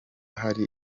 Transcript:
hari